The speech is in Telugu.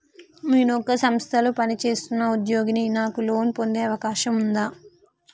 నేను ఒక సంస్థలో పనిచేస్తున్న ఉద్యోగిని నాకు లోను పొందే అవకాశం ఉందా?